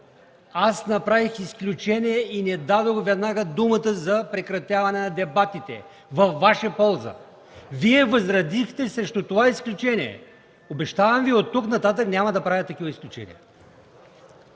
Аз направих изключение и не дадох веднага думата за прекратяване на дебатите във Ваша полза. Вие възразихте срещу това изключение. Обещавам Ви, оттук-нататък няма да правя такива изключения.